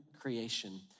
creation